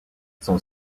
son